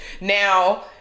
Now